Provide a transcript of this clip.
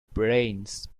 brains